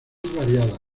variada